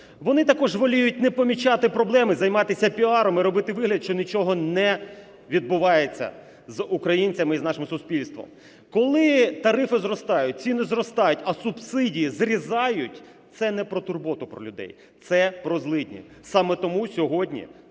Вони також воліють не помічати проблем і займатися піаром, і робити вигляд, що нічого не відбувається з українцями і з нашим суспільством. Коли тарифи зростають, ціни зростають, а субсидії зрізують – це не про турботу про людей, це про злидні. Саме тому сьогодні